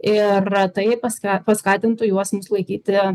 ir e tai pas ką paskatintų juos mus laikyti